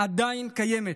עדיין קיימת.